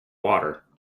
water